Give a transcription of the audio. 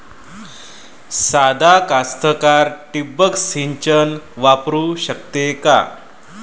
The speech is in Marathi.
सादा कास्तकार ठिंबक सिंचन वापरू शकते का?